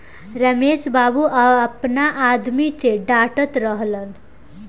रमेश बाबू आपना आदमी के डाटऽत रहलन